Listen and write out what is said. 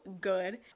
good